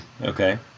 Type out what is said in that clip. Okay